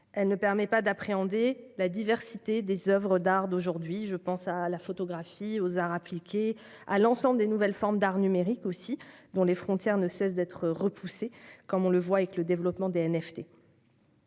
Elle ne permet pas d'appréhender la diversité des oeuvres d'art d'aujourd'hui. Je pense à la photographie, aux arts appliqués, mais également à l'ensemble des nouvelles formes d'art numérique, dont les frontières ne cessent d'être repoussées, comme le montre le développement NFT